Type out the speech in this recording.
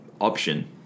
option